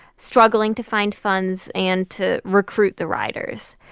struggling to find funds and to recruit the riders.